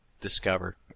discover